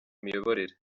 imiyoborere